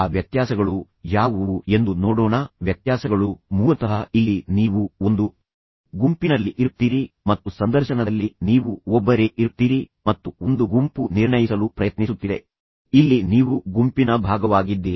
ಆ ವ್ಯತ್ಯಾಸಗಳು ಯಾವುವು ಎಂದು ನೋಡೋಣ ವ್ಯತ್ಯಾಸಗಳು ಮೂಲತಃ ಇಲ್ಲಿ ನೀವು ಒಂದು ಗುಂಪಿನಲ್ಲಿ ಇರುತ್ತೀರಿ ಮತ್ತು ಸಂದರ್ಶನದಲ್ಲಿ ನೀವು ಒಬ್ಬರೇ ಇರುತ್ತೀರಿ ಮತ್ತು ಒಂದು ಗುಂಪು ನಿರ್ಣಯಿಸಲು ಪ್ರಯತ್ನಿಸುತ್ತಿದೆ ಇಲ್ಲಿ ನೀವು ಗುಂಪಿನ ಭಾಗವಾಗಿದ್ದೀರಿ